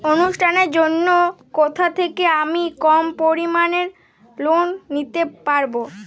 অনুষ্ঠানের জন্য কোথা থেকে আমি কম পরিমাণের লোন নিতে পারব?